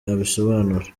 abisobanura